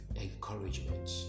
encouragement